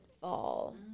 fall